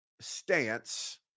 stance